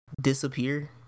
disappear